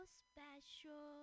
special